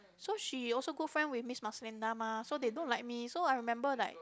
so she also go friend with Miss Maslinda mah so they don't like me so I remember like